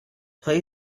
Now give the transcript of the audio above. play